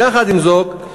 יחד עם זאת,